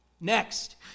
Next